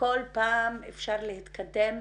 כל פעם אפשר להתקדם